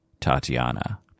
Tatiana